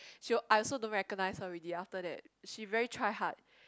she I also don't recognise her already after that she very try hard